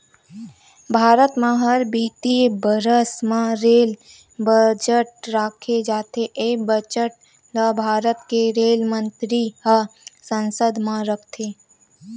भारत म हर बित्तीय बरस म रेल बजट राखे जाथे ए बजट ल भारत के रेल मंतरी ह संसद म रखथे